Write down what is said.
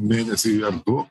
mėnesį ar du